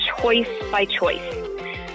choice-by-choice